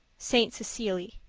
saint cecilie.